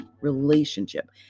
relationship